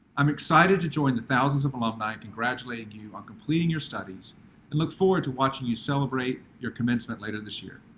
i'm excited to join the thousands of alumni congratulating you on completing your studies and look forward to watching you celebrate your commencement later this year.